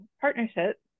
partnerships